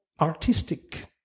artistic